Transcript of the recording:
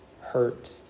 hurt